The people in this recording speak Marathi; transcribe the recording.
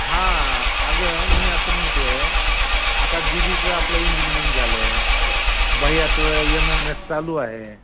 हां अगं मी असं म्हणतो आहे आता दीदीचं आपल्या इंजीनिअनिंग झालं आहे भय्याचं येम एम एस चालू आहे